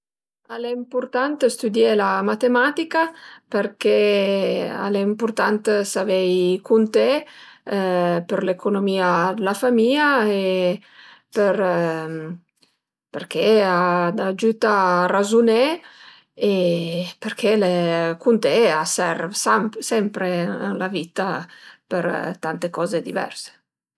Al e ëmpurtant stüdié la matematica përché al e ëmpurtant savei cunté për l'economia d'la famìa e për përché al ajüta a razuné e përché cunté a serv sampre sempre ën la vitta për tante coze diverse